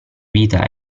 vita